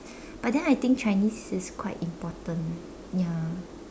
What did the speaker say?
but then I think Chinese is quite important ya